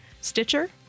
Stitcher